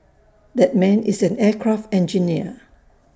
that man is an aircraft engineer